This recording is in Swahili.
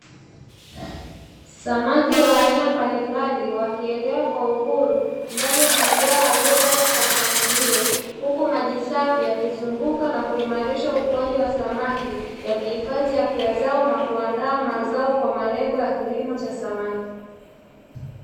Samaki wa aina mbalimbali wakielea kwa uhuru ndani ya mabwawa yaliyopangwa kwa mpangilio, huku maji safi yakizunguka na kuimarisha ukuaji wa samaki, yakihifadhi afya zao na kuandaa mazao kwa malengo ya kilimo cha samaki.